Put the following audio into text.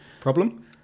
Problem